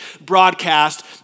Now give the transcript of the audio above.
broadcast